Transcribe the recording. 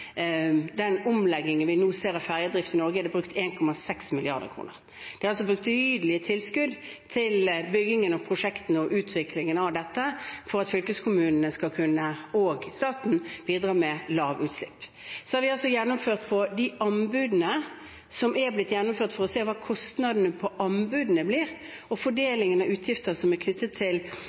den omleggingen av fergedriften i Norge vi nå ser, er det brukt 1,6 mrd. kr. Det er altså betydelige tilskudd til bygging, prosjekter og utvikling av dette for at fylkeskommunene og staten skal kunne bidra til lavere utslipp. Når det gjelder anbudene og kostnadene av anbudene og fordelingen av utgifter som er knyttet til